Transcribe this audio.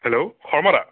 hello শৰ্মাদা